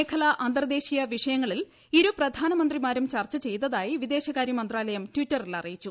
മേഖല അന്തൂർദേശീയ വിഷയങ്ങളിൽ ഇരു പ്രധാനമന്ത്രിമാരും ചർച്ച ച്ചെയ്ത്തായി വിദേശകാര്യ മന്ത്രാലയം ടിറ്ററിൽ അറിയിച്ചു